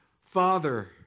Father